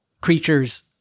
creatures